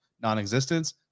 non-existence